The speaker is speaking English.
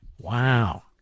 Wow